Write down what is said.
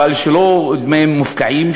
אבל שלא יהיו מופקעים,